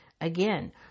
Again